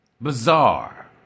Bizarre